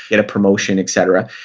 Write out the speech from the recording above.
get a promotion, et cetera,